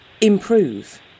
improve